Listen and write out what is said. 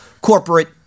corporate